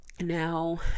Now